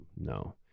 no